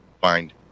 find